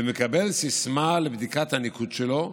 ומקבל סיסמה לבדיקת הניקוד שלו.